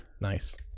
Nice